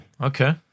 Okay